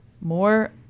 more